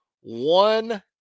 One